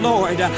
Lord